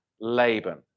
Laban